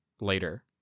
later